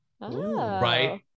right